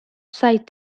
side